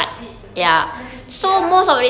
a bit err just macam sikit ah